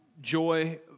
joy